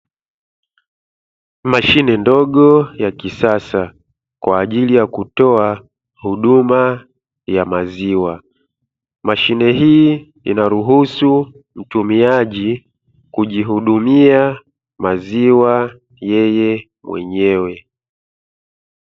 Mashine ndogo ya kisasa kwaajili ya kutoa huduma ya maziwa, mashine hii inaruhusu mtumiaji kujihudumia maziwa yeye mwenyewe.